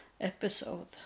episode